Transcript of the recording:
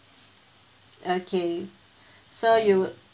okay so you